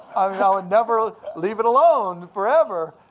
i would ah ah never leave it alone forever.